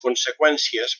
conseqüències